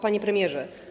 Panie Premierze!